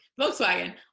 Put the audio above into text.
Volkswagen